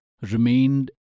remained